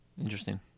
Interesting